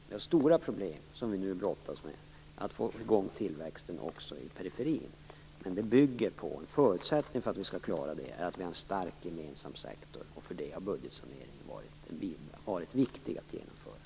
Vi har stora problem, som vi nu brottas med, att få i gång tillväxten också i periferin. Men det bygger på en stark gemensam sektor - det är en förutsättning för att vi skall klara det. För detta har budgetsaneringen varit viktig att genomföra.